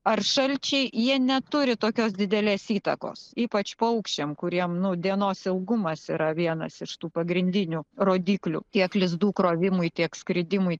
ar šalčiai jie neturi tokios didelės įtakos ypač paukščiam kuriem nu dienos ilgumas yra vienas iš tų pagrindinių rodiklių tiek lizdų krovimui tiek skridimui